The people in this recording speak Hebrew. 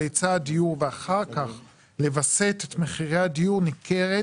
היצע הדיור ואחר כך לווסת את מחירי הדיור ניכרת